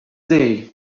day